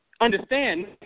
Understand